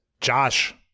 Josh